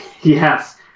Yes